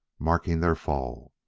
marking their fall.